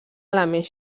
elements